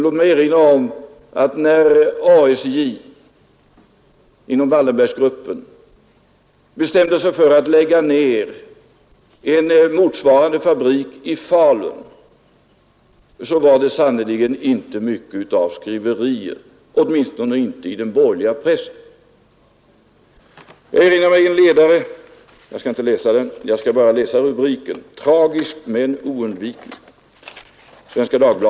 Låt mig erinra om att när ASJ inom Wallenberggruppen bestämde sig för att lägga ner en motsvarande fabrik i Falun, förekom det sannerligen inte mycket av skriverier, åtminstone inte i den borgerliga pressen. Jag erinrar mig en ledare i Svenska Dagbladet — jag skall inte läsa upp den utan bara läsa upp rubriken ”Tragiskt men oundvikligt”.